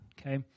Okay